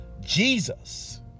Jesus